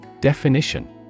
Definition